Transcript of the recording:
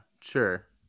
sure